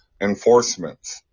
enforcement